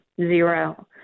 Zero